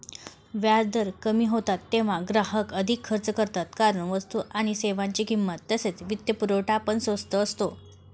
व्याजदर कमी होतात तेव्हा ग्राहक अधिक खर्च करतात कारण वस्तू आणि सेवांची किंमत तसेच वित्तपुरवठा पण स्वस्त असतो